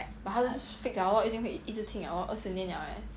but 他都 fixed liao lor 一定会一直听 liao lor 二十年 liao leh